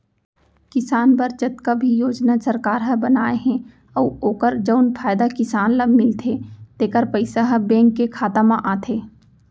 किसान बर जतका भी योजना सरकार ह बनाए हे अउ ओकर जउन फायदा किसान ल मिलथे तेकर पइसा ह बेंक के खाता म आथे